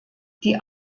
die